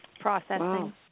Processing